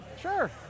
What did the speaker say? Sure